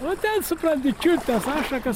o ten supranti čiulpt tas ašakas